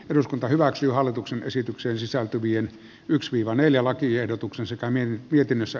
eduskunta hyväksyy hallituksen esitykseen sisältyvien hyks viivaneljälakiehdotuksen satamien mietinnössä